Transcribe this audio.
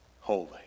holy